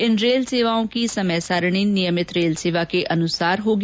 इन rail सेवाओं की समय सारिणी नियमित रेल सेवाओं के अनुसार होगी